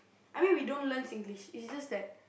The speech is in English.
I mean we don't learn Singlish it's just like